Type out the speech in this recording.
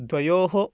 द्वयोः